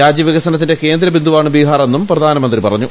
രാജ്യ വികസനത്തിന്റെ കേന്ദ്ര ബിന്ദുവാണ് ബിഹാറെന്നും പ്രധാനമന്ത്രി പറഞ്ഞു